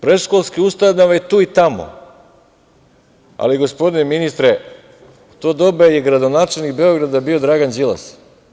Predškolske ustanove tu i tamo, ali gospodine ministre, u to doba je gradonačelnik Beograda bio Dragan Đilas.